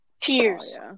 Tears